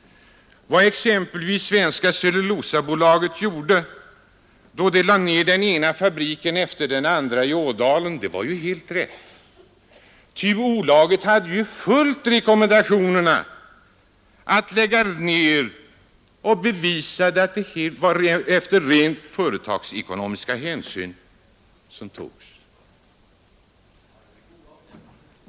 Vad exempelvis Svenska cellulosabolaget gjort då det har lagt ned den ena fabriken efter den andra i Ådalen var ju helt rätt, ty bolaget hade ju följt rekommendationerna att endast ta rent företagsmässiga hänsyn.